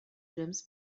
filmes